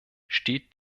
steht